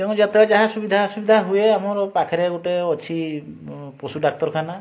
ତେଣୁ ଯେତେ ଯାହା ସୁବିଧା ଅସୁବିଧା ହୁଏ ଆମର ପାଖରେ ଗୋଟେ ଅଛି ପଶୁ ଡାକ୍ତରଖାନା